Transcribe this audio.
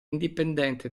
indipendente